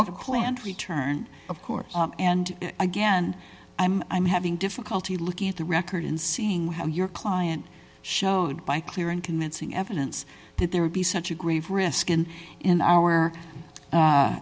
clans return of course and again i'm i'm having difficulty looking at the record and seeing how your client showed by clear and convincing evidence that there would be such a grave risk in in our